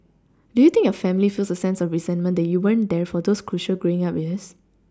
do you think your family feels a sense of resentment that you weren't there for those crucial growing up years